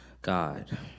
God